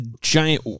giant